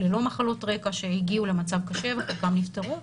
ללא מחלות רקע שהם לא היו מחוסנים - שהגיעו למצב קשה וגם נפטרו.